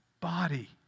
body